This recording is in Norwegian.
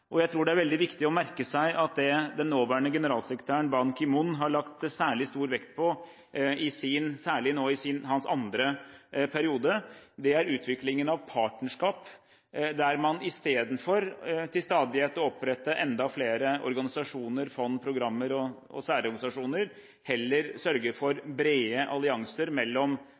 Jeg tror det er veldig viktig å merke seg at det den nåværende generalsekretæren, Ban Ki-moon, har lagt særlig stor vekt på – spesielt nå i hans andre periode – er utviklingen av partnerskap, der man istedenfor til stadighet å opprette enda flere organisasjoner, fond, programmer og særorganisasjoner, heller sørger for brede allianser mellom